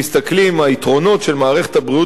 היתרונות של מערכת הבריאות הישראלית,